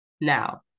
now